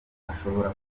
ashobora